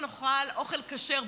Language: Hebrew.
שנבוא ונאכל אוכל כשר,